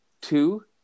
two